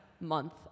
month